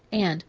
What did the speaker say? and,